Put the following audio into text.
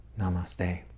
Namaste